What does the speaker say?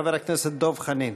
חבר הכנסת דב חנין.